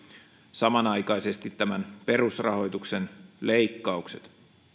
samanaikaisesti tämän perusrahoituksen leikkaukset